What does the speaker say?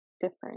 different